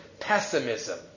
Pessimism